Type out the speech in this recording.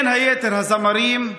בין היתר הזמרים,